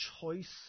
choice